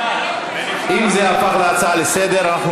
אם זה הפך להצעה לסדר-היום,